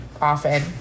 often